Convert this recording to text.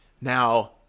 Now